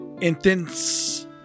Intense